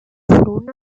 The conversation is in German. flohen